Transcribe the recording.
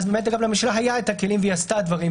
היה לממשלה הכלים והיא עשתה זאת,